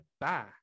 Bye